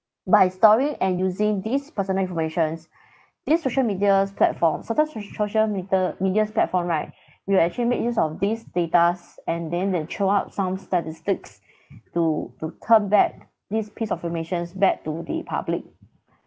by storing and using these personal informations this social media platform certain so~ social metre media's platform right will actually make use of these datas and then they throw out some statistics to to turn back this piece of informations back to the public